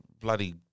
Bloody